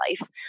life